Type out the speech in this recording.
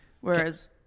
Whereas